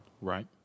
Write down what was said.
Right